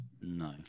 no